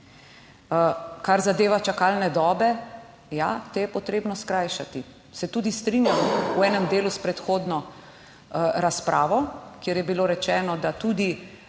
Kar zadeva čakalne dobe, ja, te je potrebno skrajšati. Se tudi strinjam v enem delu s predhodno razpravo, kjer je bilo rečeno, da tudi